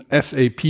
SAP